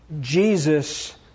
Jesus